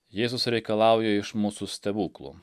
jėzus reikalauja iš mūsų stebuklų